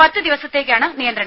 പത്തു ദിവസത്തേക്കാണ് നിയന്ത്രണം